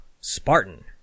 Spartan